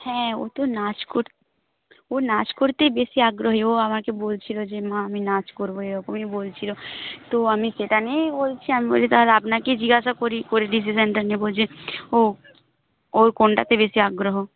হ্যাঁ ও তো নাচ ও নাচ করতেই বেশি আগ্রহী ও আমাকে বলছিল যে মা আমি নাচ করব এরকমই বলছিল তো আমি সেটা নিয়েই বলছি আমি বলি তাহলে আপনাকেই জিজ্ঞাসা করি করে ডিসিশানটা নেব যে ও ওর কোনটাতে বেশি আগ্রহ